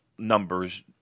numbers